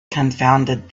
confounded